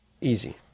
Easy